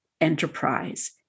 enterprise